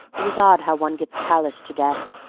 it is odd how one gets callous to death,